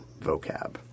vocab